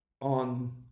on